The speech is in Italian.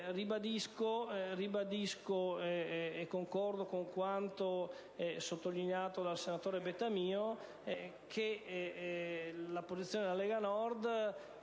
Micheloni e concordando con quanto sottolineato dal senatore Bettamio, la posizione della Lega Nord